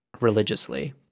religiously